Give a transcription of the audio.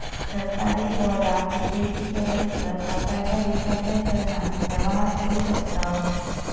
सरकारी बाँडाक विदेशी चलन किंवा स्वताच्या देशाच्या चलनान व्यवहार करु शकतव